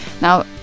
Now